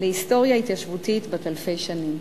להיסטוריה התיישבותית בת אלפי שנים.